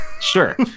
Sure